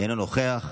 אינו נוכח,